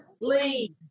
lead